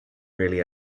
really